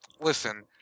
Listen